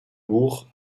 bourg